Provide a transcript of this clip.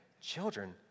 Children